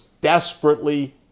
desperately